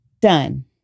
Done